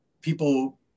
people